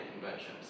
conventions